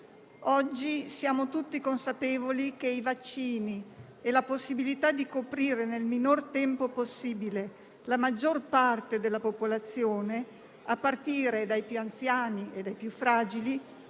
Oggi siamo tutti consapevoli che i vaccini e la possibilità di coprire nel minor tempo possibile la maggior parte della popolazione, a partire dai più anziani e dai più fragili,